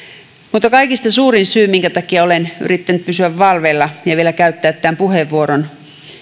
mutta kaikista suurin syy minkä takia olen yrittänyt pysyä valveilla ja vielä käytän tämän puheenvuoron